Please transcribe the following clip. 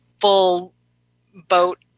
full-boat